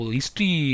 history